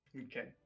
Okay